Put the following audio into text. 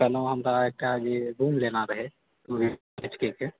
कहलहुँ हमरा एकटा अभी रूम लेना रहए टू बी एच के कऽ